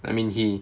I mean he